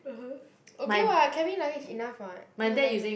ah !huh! okay [what] cabin luggage enough [what] not enough meh